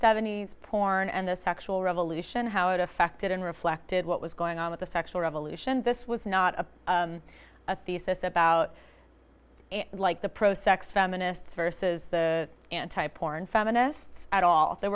seventy s porn and the sexual revolution how it affected and reflected what was going on with the sexual revolution this was not a thesis about like the pro sex feminists versus the anti porn feminists at all there